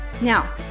Now